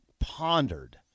pondered